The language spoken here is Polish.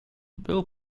był